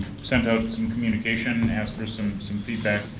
sent out some communication, and asked for some some feedback.